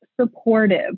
supportive